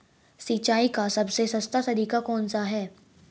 सिंचाई का सबसे सस्ता तरीका कौन सा है?